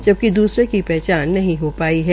जबकि दसूरे की पहचान नहीं हो पाई है